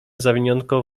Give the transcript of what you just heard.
zawiniątko